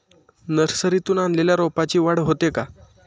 नर्सरीतून आणलेल्या रोपाची वाढ होते का?